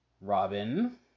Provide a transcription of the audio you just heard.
Robin